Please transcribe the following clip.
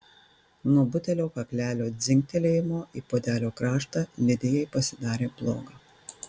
nuo butelio kaklelio dzingtelėjimo į puodelio kraštą lidijai pasidarė bloga